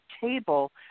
table